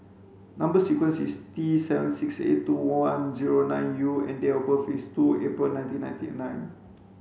number sequence is T seven six eight two one zero nine U and date of birth is two April nineteen ninety nine